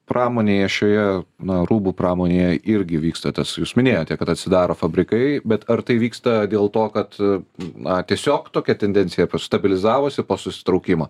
pramonėje šioje na rūbų pramonėje irgi vyksta tas jūs minėjote kad atsidaro fabrikai bet ar tai vyksta dėl to kad na tiesiog tokia tendencija to stabilizavosi po susitraukimo